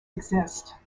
exist